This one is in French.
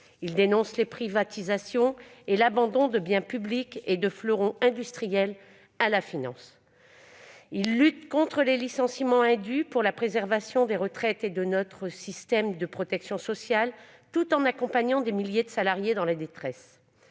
Ils dénoncent les privatisations et l'abandon à la finance de biens publics et de fleurons industriels. Ils luttent contre les licenciements indus, pour la préservation des retraites et de notre système de protection sociale, tout en accompagnant des milliers de salariés dans la détresse.